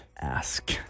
ask